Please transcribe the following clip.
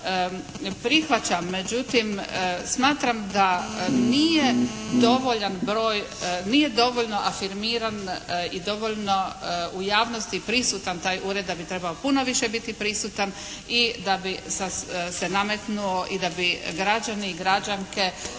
prihvaćam, međutim smatram da nije dovoljan broj, nije dovoljno afirmiran i dovoljno u javnosti prisutan taj ured, da bi trebao puno više biti prisutan i da bi se nametnuo i da bi građani i građanke